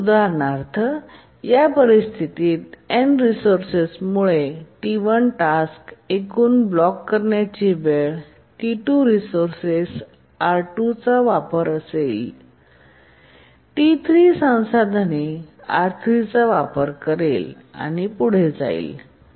उदाहरणार्थ या परिस्थितीत N रिसोर्सेस मुळे T1टास्कसाठी एकूण ब्लॉक करण्याची वेळ T2 रिसोर्सेस R2 चा वापर करेल T3 संसाधने R3चा वापर करेल आणि पुढे जाईल